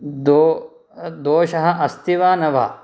दोषः अस्ति वा न वा